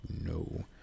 no